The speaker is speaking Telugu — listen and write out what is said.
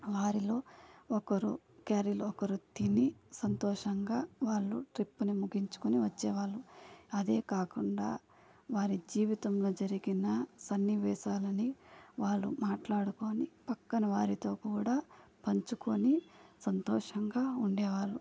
వారిలో ఒకరు క్యారీలో ఒకరు తిని సంతోషంగా వాళ్ళు ట్రిప్ని ముగించుకుని వచ్చేవాళ్ళు అదే కాకుండా వారి జీవితంలో జరిగిన సన్నివేశాలని వాళ్ళు మాట్లాడుకొని పక్కన వారితో కూడా పంచుకొని సంతోషంగా ఉండేవారు